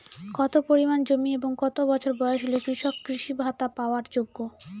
কত পরিমাণ জমি এবং কত বছর বয়স হলে কৃষক কৃষি ভাতা পাওয়ার যোগ্য?